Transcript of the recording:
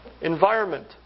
environment